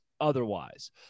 otherwise